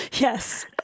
Yes